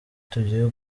tugiye